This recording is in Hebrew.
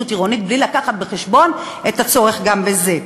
עירונית בלי להביא בחשבון את הצורך גם בזה.